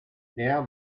now